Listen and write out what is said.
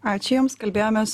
ačiū jums kalbėjomės